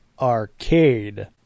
Arcade